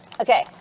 Okay